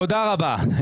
תודה רבה.